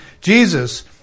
Jesus